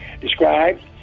Described